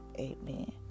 amen